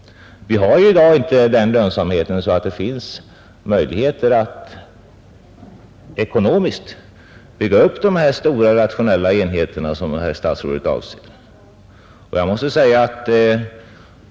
Vi har i dag inte en sådan lönsamhet att det finns möjligheter att bygga upp de stora, rationella enheter som statsrådet avser.